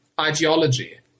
ideology